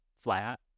flat